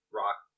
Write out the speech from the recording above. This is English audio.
rock